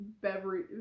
beverage